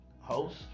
Host